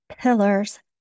pillars